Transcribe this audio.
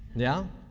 yeah?